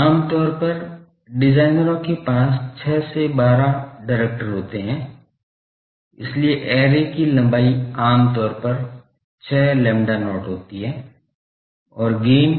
आमतौर पर डिजाइनरों के पास 6 से 12 डायरेक्टर् होते हैं इसलिए ऐरे की लंबाई आमतौर पर 6 lambda not होती है और गेन